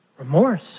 remorse